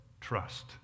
trust